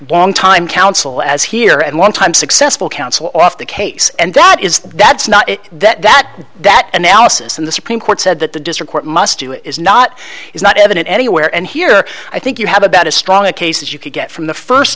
wong time counsel as here and one time successful counsel off the case and that is the that's not that that analysis in the supreme court said that the district court must do it is not is not evident anywhere and here i think you have about as strong a case as you could get from the first